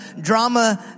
drama